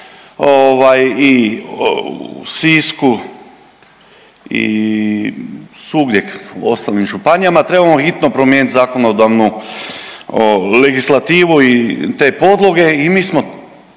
u Sisku i svugdje u ostalim županijama trebamo hitno promijeniti zakonodavnu legislativu i te podloge i mi smo,